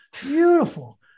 Beautiful